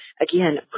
again